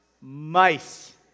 Mice